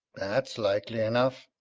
that's likely enough.